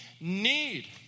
need